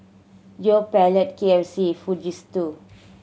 Yoplait K F C Fujitsu